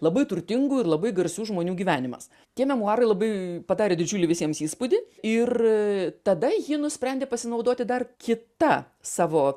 labai turtingų ir labai garsių žmonių gyvenimas tie memuarai labai padarė didžiulį visiems įspūdį ir tada ji nusprendė pasinaudoti dar kita savo